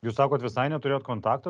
jūs sakot visai neturėjot kontakto